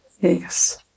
Yes